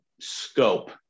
scope